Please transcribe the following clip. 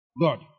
God